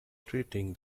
treating